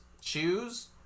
choose